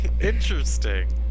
Interesting